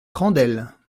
crandelles